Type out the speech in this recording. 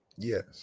Yes